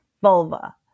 vulva